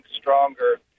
stronger